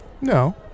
No